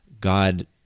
God